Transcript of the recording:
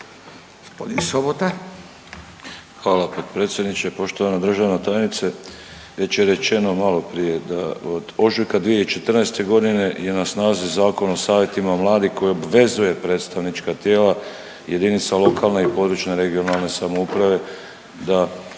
Hvala potpredsjedniče. Poštovana državna tajnice već je rečeno malo prije da od ožujka 2014. godine je sna snazi Zakon o savjetima mladih koji obvezuje predstavnička tijela jedinica lokalne i područne (regionalne) samouprave da